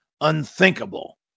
unthinkable